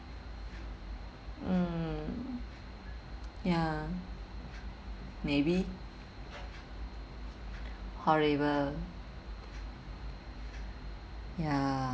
mm ya maybe horrible ya